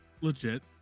Legit